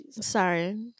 sorry